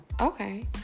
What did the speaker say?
Okay